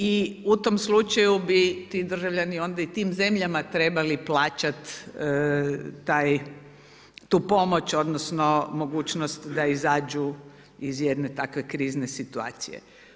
I u tom slučaju bi ti državljani onda i tim zemljama trebali plaćati tu pomoć, odnosno mogućnost da izađu iz jedne takve krizne situacije.